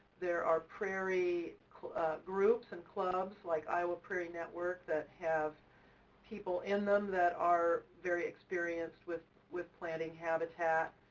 there are prairie groups and clubs, like iowa prairie network, that have people in them that are very experienced with with planting habitat.